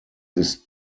ist